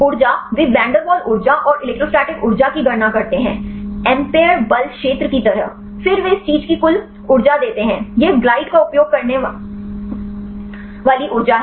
ऊर्जा वे van der Waals ऊर्जा और इलेक्ट्रोस्टैटिक ऊर्जा की गणना करते हैं एम्पीयर बल क्षेत्र की तरह फिर वे इस चीज की कुल ऊर्जा देते हैं यह ग्लाइड का उपयोग करने वाली ऊर्जा है